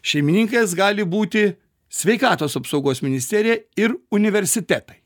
šeimininkais gali būti sveikatos apsaugos ministerija ir universitetai